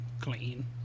clean